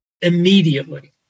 immediately